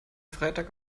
freitag